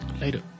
Later